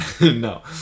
No